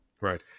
Right